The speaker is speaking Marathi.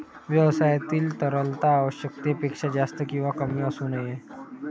व्यवसायातील तरलता आवश्यकतेपेक्षा जास्त किंवा कमी असू नये